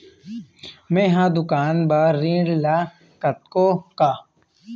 मैं हर दुकान बर ऋण ले सकथों का?